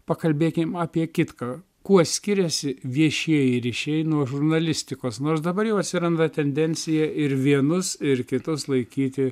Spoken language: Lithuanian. pakalbėkim apie kitką kuo skiriasi viešieji ryšiai nuo žurnalistikos nors dabar jau atsiranda tendencija ir vienus ir kitus laikyti